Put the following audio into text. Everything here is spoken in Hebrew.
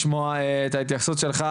הזה.